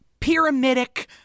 pyramidic